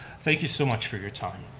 thank you so much for your time.